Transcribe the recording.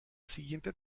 siguiente